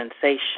sensation